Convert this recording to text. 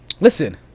Listen